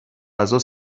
غذا